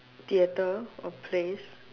theatre or plays